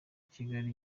kigali